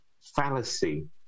fallacy